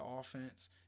offense